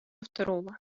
второго